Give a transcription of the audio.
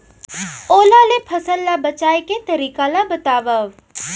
ओला ले फसल ला बचाए के तरीका ला बतावव?